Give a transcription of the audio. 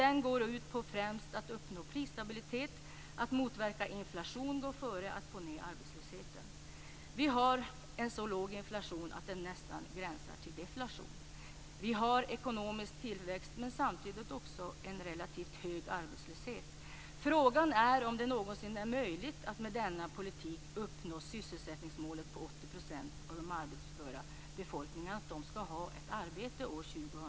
Den går främst ut på att uppnå prisstabilitet. Att motverka inflation går före att få ned arbetslösheten. Frågan är om det någonsin är möjligt att med denna politik uppnå sysselsättningsmålet att 80 % av den arbetsföra befolkningen skall ha ett arbete år 2004.